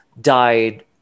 died